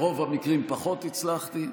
ברוב המקרים פחות הצלחתי.